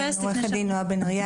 עו"ד נועה בן אריה,